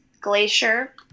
Glacier